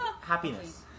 happiness